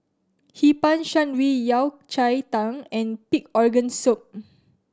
Hee Pan Shan Rui Yao Cai Tang and pig organ soup